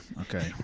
Okay